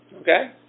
Okay